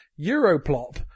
Europlop